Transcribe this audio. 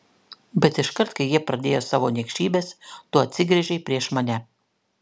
bet iškart kai jie pradėjo savo niekšybes tu atsigręžei prieš mane